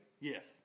yes